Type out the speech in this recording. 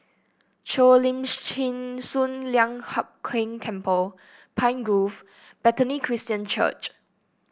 Cheo Lim Chin Sun Lian Hup Keng Temple Pine Grove Bethany Christian Church